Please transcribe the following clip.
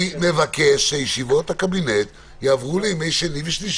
אני מבקש שישיבות הקבינט יעברו לימי שני ושלישי.